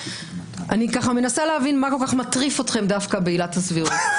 אני מנסה להבין מה כל כך מטריף אתכם דווקא בעילת הסבירות.